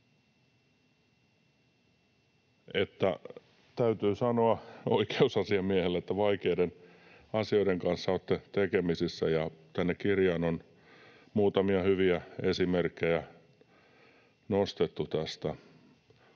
Täytyy sanoa oikeusasiamiehelle, että vaikeiden asioiden kanssa olette tekemisissä, ja tänne kirjaan on muutamia hyviä esimerkkejä nostettu tästä.